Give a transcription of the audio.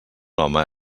home